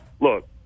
Look